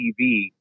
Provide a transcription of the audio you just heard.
TV